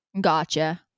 Gotcha